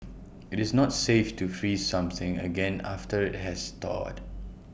IT is not safe to freeze something again after IT has thawed